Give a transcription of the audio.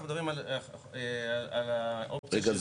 אנחנו מדברים על האופציה --- רגע,